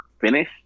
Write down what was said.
finish